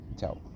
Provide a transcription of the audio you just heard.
Ciao